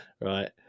right